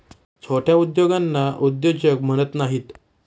छोट्या उद्योगांना उद्योजक म्हणत नाहीत